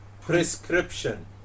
Prescription